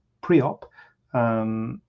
pre-op